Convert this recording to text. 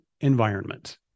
environment